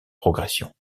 progression